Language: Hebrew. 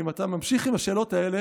אתה יודע שאתה נודניק?